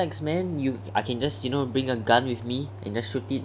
no context man I can just you know bring a gun with me and just shoot it